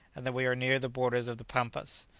and that we are near the borders of the pampas.